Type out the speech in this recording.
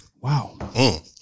Wow